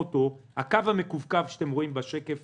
הקו המקווקו שאתם רואים בשקף